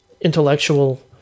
intellectual